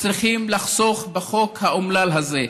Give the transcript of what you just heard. צריכים לחסוך בחוק האומלל הזה.